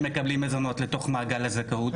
שמקבלים מזונות, לתוך מעגל הזכאות?